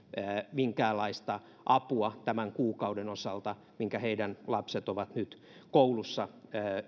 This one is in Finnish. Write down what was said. minkäänlaista apua tämän kuukauden osalta minkä heidän lapsensa ovat nyt koulussa